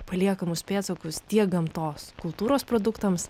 paliekamus pėdsakus tiek gamtos kultūros produktams